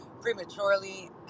prematurely